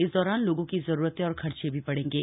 इस दौरान लोगों की जरूरते और खर्चे भी बढ़ेंगे